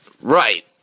Right